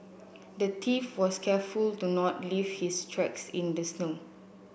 the thief was careful to not leave his tracks in the snow